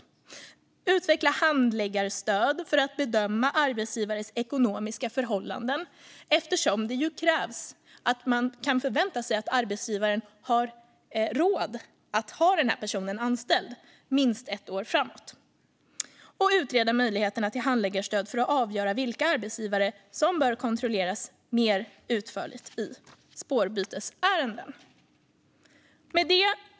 Det handlar om att utveckla handläggarstöd för att bedöma arbetsgivares ekonomiska förhållanden, eftersom det krävs att man kan förvänta sig att arbetsgivaren har råd att ha denna person anställd minst ett år framåt. Det handlar också om att utreda möjligheterna till handläggarstöd för att avgöra vilka arbetsgivare som bör kontrolleras mer utförligt i spårbytesärenden. Fru talman!